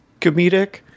comedic